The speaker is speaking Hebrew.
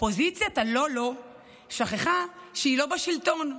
אופוזיציית הלא-לא שכחה שהיא לא בשלטון.